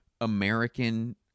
American